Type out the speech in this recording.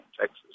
Texas